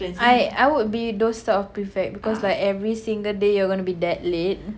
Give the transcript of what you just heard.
I I would be those type of prefect because every single day you're gonna be that late